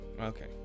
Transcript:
Okay